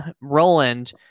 Roland